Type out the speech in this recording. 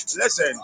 listen